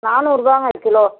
நானூறுரூபாங்க kilo